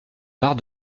barre